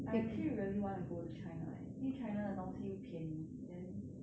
I actually really want to go to china eh 因为 china 的东西又便宜 then